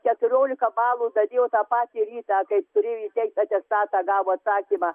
keturiolika balų dadėjo tą patį rytą kai turėjo įteikt atestatą gavo atsakymą